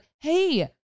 hey